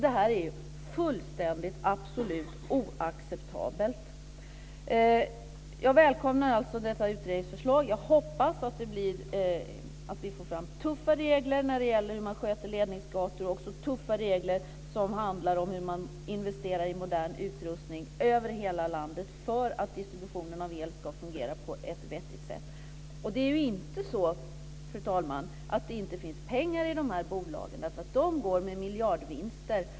Det här är ju fullständigt absolut oacceptabelt. Jag välkomnar alltså detta utredningsförslag. Jag hoppas att vi får fram tuffa regler för hur man sköter ledningsgator och tuffa regler som handlar om hur man investerar i modern utrustning över hela landet för att distributionen av el ska fungera på ett vettigt sätt. Det är ju inte så, fru talman, att det inte finns pengar i de här bolagen, därför att de går med miljardvinster.